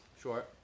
Sure